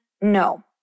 no